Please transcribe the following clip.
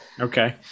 Okay